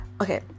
okay